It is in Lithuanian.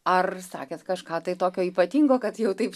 ar sakėt kažką tokio ypatingo kad jau taip